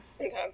Okay